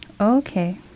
Okay